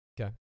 Okay